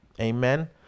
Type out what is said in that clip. Amen